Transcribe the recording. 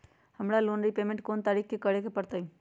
हमरा loan repayment कोन तारीख के करे के परतई?